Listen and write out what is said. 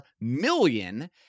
million